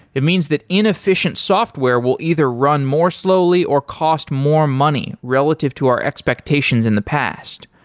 it means that inefficient software will either run more slowly, or cost more money relative to our expectations in the past.